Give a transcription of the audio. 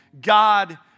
God